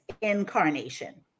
incarnation